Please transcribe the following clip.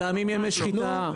מתאמים ימי שחיטה.